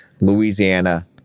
Louisiana